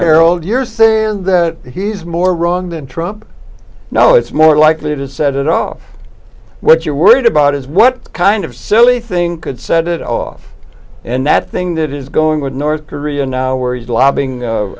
you're old you're saying that he's more wrong than trump no it's more likely to set it off what you're worried about is what kind of silly thing could set it off and that thing that is going with north korea now where he is lobbying